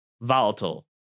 volatile